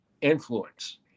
influence